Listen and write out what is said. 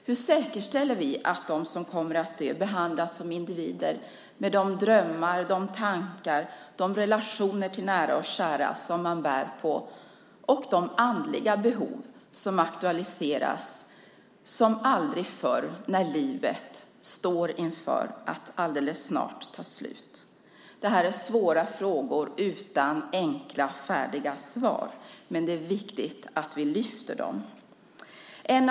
Hur säkerställer vi att de som kommer att dö behandlas som individer med de drömmar, tankar, relationer till nära och kära som de bär på och de andliga behov som aktualiseras som aldrig förr när livet står inför att alldeles snart ta slut? Detta är svåra frågor utan enkla färdiga svar, men det är viktigt att vi lyfter fram dem.